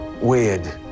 weird